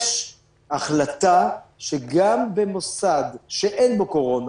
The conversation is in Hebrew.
יש החלטה שגם במוסד שאין בו קורונה,